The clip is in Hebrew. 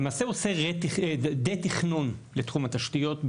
למעשה הוא במובנים רבים עושה דה תכנון בתחום התשתיות.